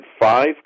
five